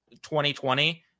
2020